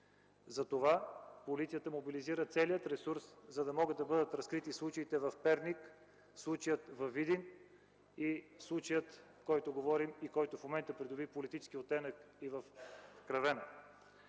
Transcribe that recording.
затова полицията мобилизира целия си ресурс, за да могат да бъдат разкрити случаите в Перник, във Видин, случаят, за който говорим, и който в момента доби политически оттенък – в Скравена.